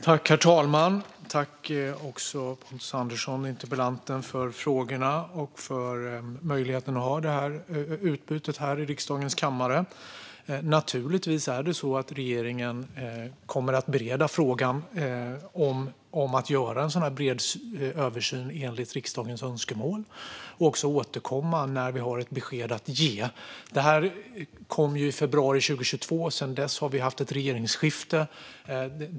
Herr talman! Jag tackar interpellanten Pontus Andersson för frågorna och möjligheten att ha detta utbyte här i riksdagens kammare. Naturligtvis kommer regeringen att bereda frågan om att göra en bred översyn enligt riksdagens önskemål. Vi kommer att återkomma när vi har ett besked att ge. Tillkännagivandet kom i februari 2022, och sedan dess har vi haft ett regeringsskifte.